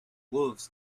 wolves